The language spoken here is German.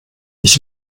ich